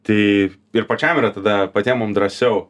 tai ir pačiam yra tada patiem mum drąsiau